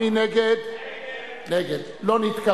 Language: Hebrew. ושל חבר הכנסת איתן כבל לשם החוק לא נתקבלה.